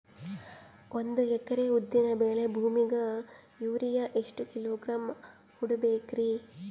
ಒಂದ್ ಎಕರಿ ಉದ್ದಿನ ಬೇಳಿ ಭೂಮಿಗ ಯೋರಿಯ ಎಷ್ಟ ಕಿಲೋಗ್ರಾಂ ಹೊಡೀಬೇಕ್ರಿ?